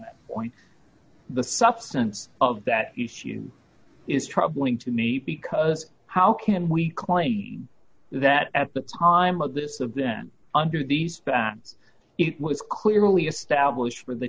that point the substance of that issue is troubling to me because how can we claim that at the time of this of them under these it was clearly established for the